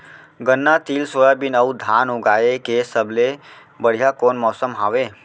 गन्ना, तिल, सोयाबीन अऊ धान उगाए के सबले बढ़िया कोन मौसम हवये?